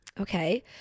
Okay